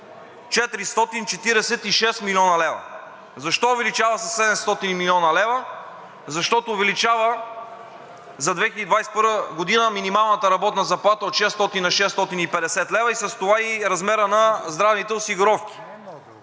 446 млн. лв. Защо увеличава със 700 млн. лв.? Защото увеличава за 2021 г. минималната работна заплата от 600 на 650 лв. и с това и размера на здравните осигуровки.